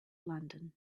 london